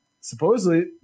supposedly